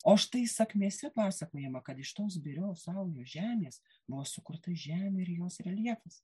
o štai sakmėse pasakojama kad iš tos birios saujos žemės buvo sukurta žemė ir jos reljefas